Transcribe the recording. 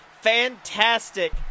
fantastic